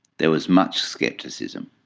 there was much scepticism.